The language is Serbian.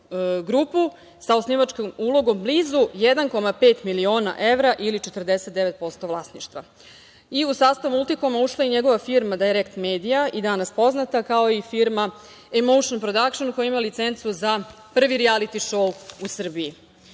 sa osnivačkim ulogom blizu 1,5 miliona evra ili 49% vlasništva i u sastav Multikoma ušla je njegova firma „Dajrekt medija“ i danas poznata, kao i firma „Emouš prodakšn“, koja ima licencu za prvi rijaliti šou u Srbiji. Ono